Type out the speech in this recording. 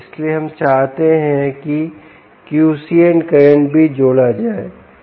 इसलिए हम चाहते हैं कि क्वीसेन्ट करंट भी जोड़ा जाए